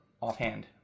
offhand